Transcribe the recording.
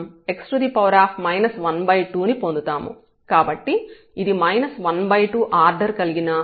కాబట్టి ఇది 12 ఆర్డర్ కలిగిన హోమోజీనియస్ ఫంక్షన్ అవుతుంది